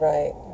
Right